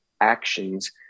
actions